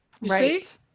Right